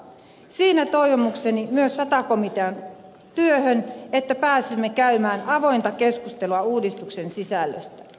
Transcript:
siinä on toivomukseni myös sata komitean työlle että pääsemme käymään avointa keskustelua uudistuksen sisällöstä